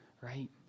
right